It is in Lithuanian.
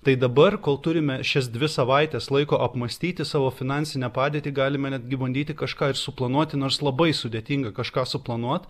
tai dabar kol turime šias dvi savaites laiko apmąstyti savo finansinę padėtį galime netgi bandyti kažką ir suplanuoti nors labai sudėtinga kažką suplanuot